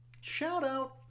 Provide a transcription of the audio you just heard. Shout-out